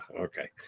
Okay